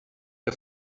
que